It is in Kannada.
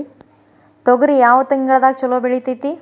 ತೊಗರಿ ಯಾವ ತಿಂಗಳದಾಗ ಛಲೋ ಬೆಳಿತೈತಿ?